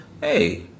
hey